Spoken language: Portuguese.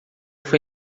foi